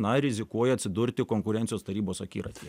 na rizikuoja atsidurti konkurencijos tarybos akiratyje